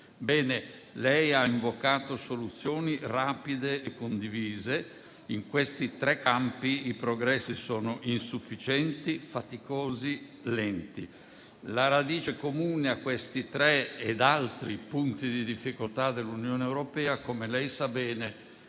membri. Lei ha invocato soluzioni rapide e condivise. In questi tre campi i progressi sono insufficienti, faticosi e lenti. La radice comune a questi tre e ad altri punti di difficoltà dell'Unione europea, come lei sa bene,